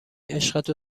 عشقت